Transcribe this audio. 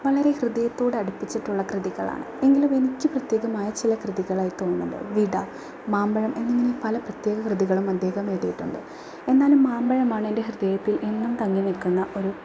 വളരെ ഹൃദയത്തോട് അടുപ്പിച്ചിട്ടുള്ള കൃതികളാണ് എങ്കിലും എനിക്ക് പ്രത്യേകമായ ചില കൃതികളായി തോന്നുന്നത് വിട മാമ്പഴം എനിങ്ങനെ പല പ്രത്യേക കൃതികളും അദ്ദേഹം എഴുതിയിട്ടുണ്ട് എന്നാലും മാമ്പഴമാണെൻ്റെ ഹൃദയത്തിൽ എന്നും തങ്ങി നിൽക്കുന്ന ഒരു